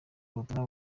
ubutumwa